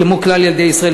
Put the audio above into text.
כמו לכלל ילדי רשתות החינוך,